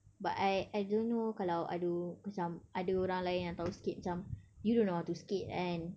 but I I don't know kalau ada macam ada orang lain yang tahu skate macam you don't know how to skate kan